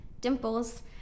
Dimples